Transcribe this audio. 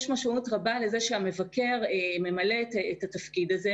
המבקר ממלא את התפקיד הזה,